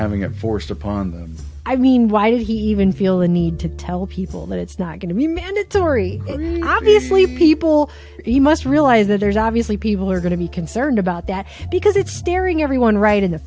having a forced upon them i mean why did he even feel a need to tell people that it's not going to be mandatory obviously people he must realize that there's obviously people are going to be concerned about that because if staring everyone right in the